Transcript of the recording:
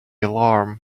alarm